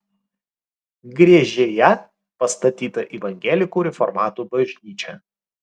griežėje pastatyta evangelikų reformatų bažnyčia